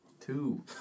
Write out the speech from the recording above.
Two